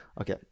Okay